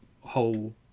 whole